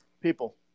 people